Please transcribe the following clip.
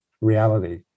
reality